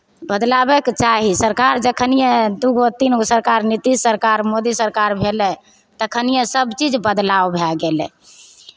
बदलाबयके चाही सरकार जखनिए दू गो तीन गो सरकार नीतीश सरकार मोदी सरकार भेलै तखनिए सभचीज बदलाव भए गेलै